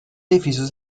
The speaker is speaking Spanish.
edificio